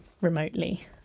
remotely